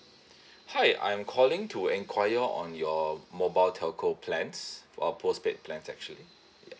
hi I'm calling to enquire on your mobile telco plans uh postpaid plans actually yup